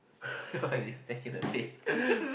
I cannot face